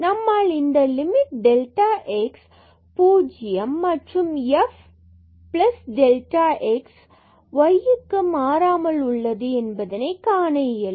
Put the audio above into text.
நம்மால் இந்த limit delta x 0 0 f 0 delta x yக்கு மாறாமல் உள்ளது என்பதை காண இயலும்